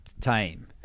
time